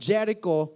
Jericho